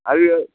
आरो